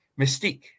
mystique